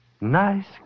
Nice